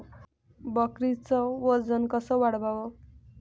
बकरीचं वजन कस वाढवाव?